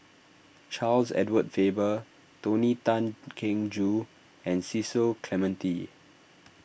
Charles Edward Faber Tony Tan Keng Joo and Cecil Clementi